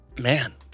Man